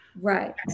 right